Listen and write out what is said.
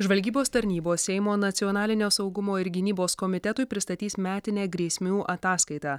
žvalgybos tarnybos seimo nacionalinio saugumo ir gynybos komitetui pristatys metinę grėsmių ataskaitą